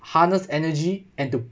harnessed energy and to